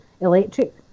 electric